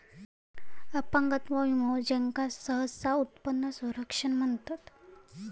अपंगत्व विमो, ज्याका सहसा उत्पन्न संरक्षण म्हणतत